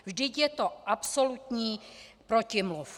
Vždyť je to absolutní protimluv.